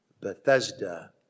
Bethesda